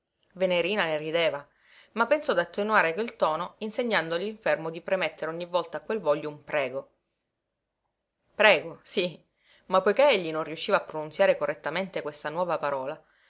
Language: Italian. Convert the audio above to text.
venerina ne rideva ma pensò d'attenuare quel tono insegnando all'infermo di premettere ogni volta a quel voglio un prego prego sí ma poiché egli non riusciva a pronunziare correttamente questa nuova parola